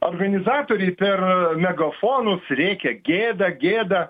organizatoriai per megafonus rėkia gėda gėda